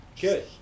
Good